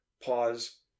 Pause